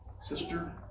sister